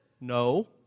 No